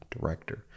director